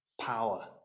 power